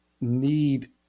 need